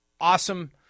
Awesome